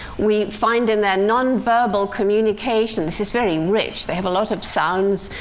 we find in their non-verbal communication this is very rich they have a lot of sounds,